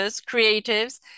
creatives